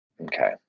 Okay